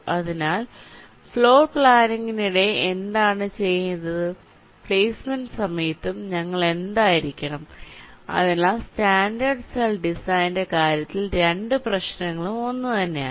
അതിനാൽ ഫ്ലോർ പ്ലാനിംഗിനിടെ നിങ്ങൾ എന്താണ് ചെയ്തത് പ്ലെയ്സ്മെന്റ് സമയത്തും ഞങ്ങൾ എന്തായിരിക്കണം അതിനാൽ സ്റ്റാൻഡേർഡ് സെൽ ഡിസൈനിന്റെ കാര്യത്തിൽ രണ്ട് പ്രശ്നങ്ങളും ഒന്നുതന്നെയാണ്